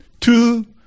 two